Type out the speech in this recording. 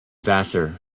vassar